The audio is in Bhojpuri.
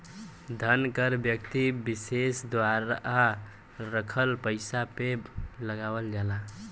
धन कर व्यक्ति विसेस द्वारा रखल पइसा पे लगावल जाला